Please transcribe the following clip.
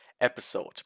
episode